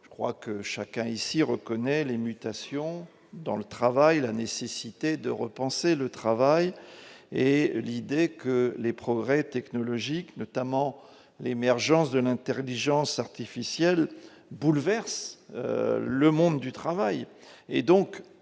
je crois que chacun ici, reconnaît les mutations dans le travail et la nécessité de repenser le travail et l'idée que les progrès technologiques, notamment l'émergence de l'interdit gens artificiel bouleverse le monde du travail